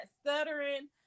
stuttering